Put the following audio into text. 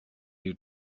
you